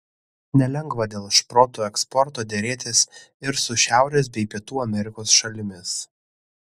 nelengva dėl šprotų eksporto derėtis ir su šiaurės bei pietų amerikos šalimis